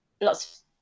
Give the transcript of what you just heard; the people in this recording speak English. lots